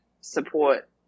support